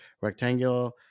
rectangular